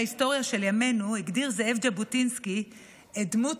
בהיסטוריה של ימינו הגדיר זאב ז'בוטינסקי את דמות